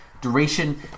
duration